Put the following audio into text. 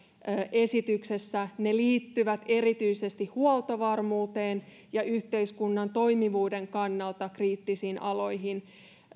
esityksessä ne liittyvät erityisesti huoltovarmuuteen ja yhteiskunnan toimivuuden kannalta kriittisiin aloihin